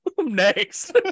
Next